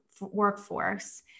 workforce